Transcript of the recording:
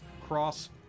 cross